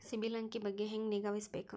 ಸಿಬಿಲ್ ಅಂಕಿ ಬಗ್ಗೆ ಹೆಂಗ್ ನಿಗಾವಹಿಸಬೇಕು?